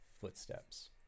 footsteps